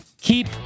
Keep